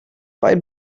wein